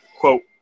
quote